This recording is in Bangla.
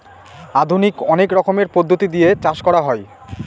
আধুনিক অনেক রকমের পদ্ধতি দিয়ে চাষ করা হয়